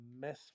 mess